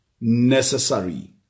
Necessary